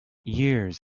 years